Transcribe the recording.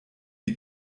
die